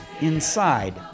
Inside